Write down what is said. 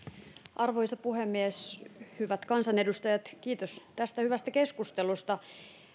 arvoisa puhemies hyvät kansanedustajat kiitos tästä hyvästä keskustelusta